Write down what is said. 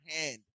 hand